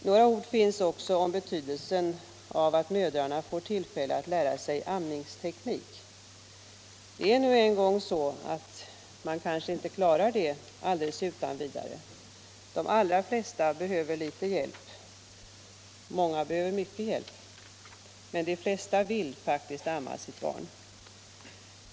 Några ord finns också om betydelsen av att mödrarna får tillfälle att lära sig amningsteknik. Det är nu en gång så att alla inte klarar det utan vidare. De allra flesta behöver litet hjälp, många behöver mycket hjälp. De flesta vill faktiskt amma sitt barn.